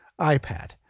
iPad